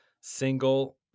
single